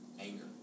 anger